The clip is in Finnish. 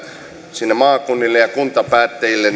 sinne maakunnille ja kuntapäättäjille